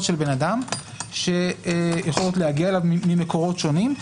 של בן אדם שיכולות להגיע אליו ממקורות שונים,